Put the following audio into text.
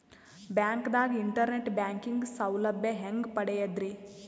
ಬ್ಯಾಂಕ್ದಾಗ internet banking ಸೌಲಭ್ಯ ಹೆಂಗ್ ಪಡಿಯದ್ರಿ?